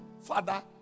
Father